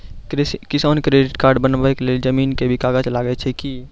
किसान credit card बनबा के लेल जमीन के भी कागज लागै छै कि?